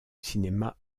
cinéma